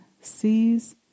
sees